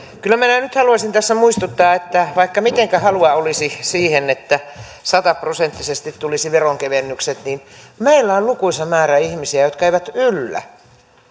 kyllä minä nyt haluaisin tässä muistuttaa että vaikka mitenkä halua olisi siihen että sataprosenttisesti tulisi veronkevennykset niin meillä on lukuisa määrä ihmisiä jotka eivät yllä